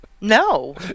No